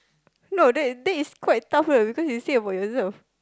no that that is quite tough you know because you said about yourself